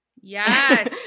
Yes